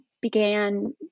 began